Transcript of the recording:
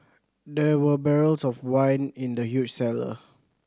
there were barrels of wine in the huge cellar